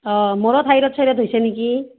অঁ মোৰো থাইৰয়ড চাইৰড হৈছে নেকি